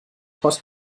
post